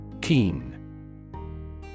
Keen